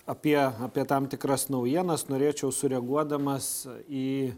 apie apie tam tikras naujienas norėčiau sureaguodamas į